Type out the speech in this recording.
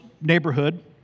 neighborhood